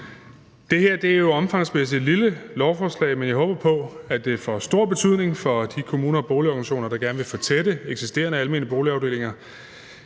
Det her er jo omfangsmæssigt et lille lovforslag, men jeg håber på, at det får stor betydning for de kommuner og boligorganisationer, der gerne vil fortætte eksisterende almene boligafdelinger.